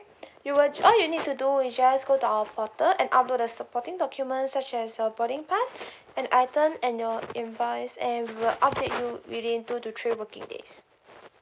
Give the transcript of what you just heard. you will all you need to do is just go to our portal and upload the supporting documents such as your boarding pass and item and your invoice and we'll update you within two to three working days